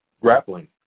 grappling